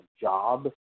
job